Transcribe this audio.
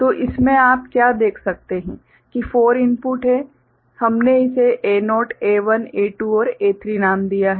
तो इसमें आप क्या देख सकते हैं कि 4 इनपुट हैं हमने इसे A0 A1 A2 और A3 नाम दिया है